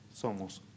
somos